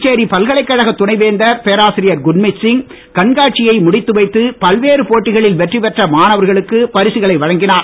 புதுச்சேரி பல்கலைக்கழக துணைவேந்தர் பேராசிரியர் குர்மித் சிங் கண்காட்சியை முடித்து வைத்து பல்வேறு போட்டிகளில் வெற்றி பெற்ற மாணவர்களுக்கு பரிசுகளை வழங்கினார்